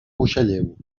buixalleu